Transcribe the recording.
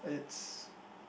it's